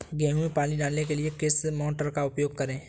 गेहूँ में पानी डालने के लिए किस मोटर का उपयोग करें?